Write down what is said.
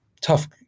tough